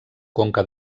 conca